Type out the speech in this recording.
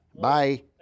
bye